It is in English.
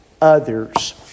others